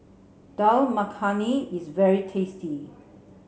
Dal Makhani is very tasty